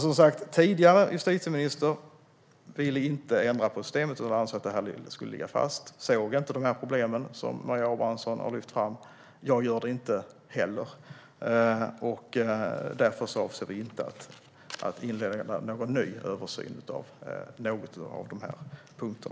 Den tidigare justitieministern ville som sagt inte ändra systemet utan ansåg att det skulle ligga fast och såg inte de problem som Maria Abrahamsson har lyft fram. Jag gör det inte heller, och därför avser vi inte att inleda någon ny översyn på någon av dessa punkter.